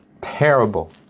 terrible